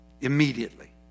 immediately